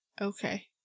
Okay